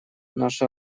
наши